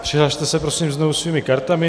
Přihlaste se prosím znovu svými kartami.